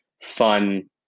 fun